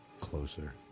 Closer